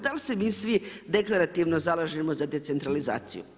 Dal se mi svi deklarativno zalažemo za decentralizaciju?